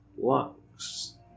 Lux